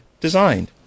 designed